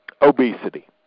Obesity